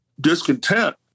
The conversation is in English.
discontent